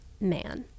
man